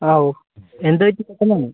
എന്തുപറ്റി പെട്ടന്നാണോ